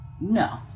no